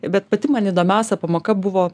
bet pati man įdomiausia pamoka buvo